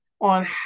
on